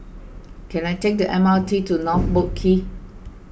can I take the M R T to North Boat Quay